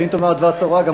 ואם תאמר דבר תורה,